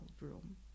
room